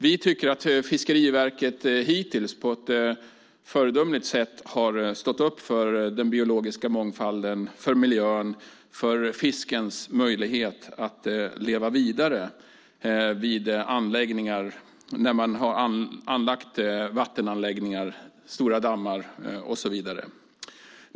Vi tycker att Fiskeriverket hittills på ett föredömligt sätt har stått upp för den biologiska mångfalden, för miljön och för fiskens möjlighet att leva vidare när man har anlagt anläggningar, stora dammar och så vidare.